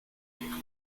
global